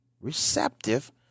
receptive